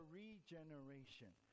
regeneration